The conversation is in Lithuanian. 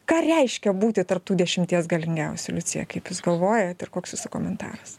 ką reiškia būti tarp tų dešimties galingiausių liucija kaip jūs galvojat ir koks jūsų komentaras